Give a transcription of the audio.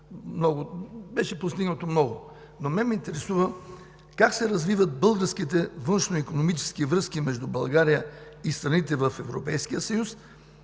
беше постигнато много. Но мен ме интересува как се развиват българските външноикономически връзки между България и страните в Европейския съюз